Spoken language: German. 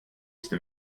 ist